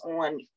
on